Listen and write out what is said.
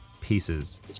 Pieces